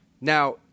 Now